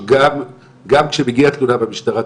שגם כשמגיעה תלונה במשטרה,